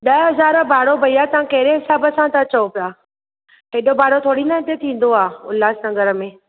ॾह हज़ार भाड़ो भैया तव्हां कहिड़े हिसाब सां था चओ पिया हेॾो भाड़ो थोरी न हिते थींदो आहे उल्हास नगर में